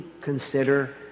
consider